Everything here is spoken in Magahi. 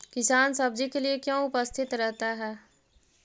किसान सब्जी के लिए क्यों उपस्थित रहता है?